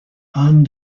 and